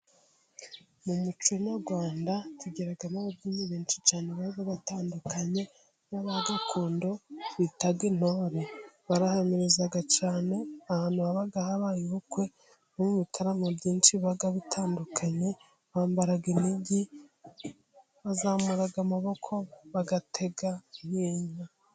Mu muco nyarwanda tugiramo ababyinnyi benshi cyane baba batandukanye n'aba gakondo bita intore, barahamiriza cyane, ahantu haba habaye ubukwe, mu bitaramo byinshi biba bitandukanye, bambara inigi, bazamura amaboko bagatega neza.